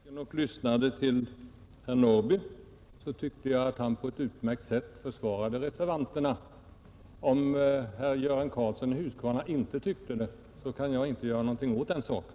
Herr talman! När jag satt här i bänken och lyssnade till herr Norrby i Åkersberga tyckte jag att han på ett utmärkt sätt försvarade reservanterna. Om herr Göran Karlsson i Huskvarna inte tyckte det, kan jag inte göra någonting åt den saken.